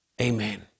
Amen